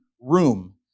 room